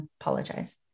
apologize